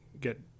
get